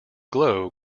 glow